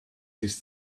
this